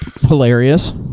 hilarious